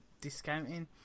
discounting